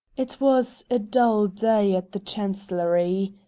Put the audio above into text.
it was a dull day at the chancellery.